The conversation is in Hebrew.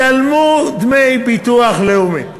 שלמו דמי ביטוח לאומי.